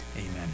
Amen